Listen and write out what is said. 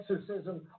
exorcism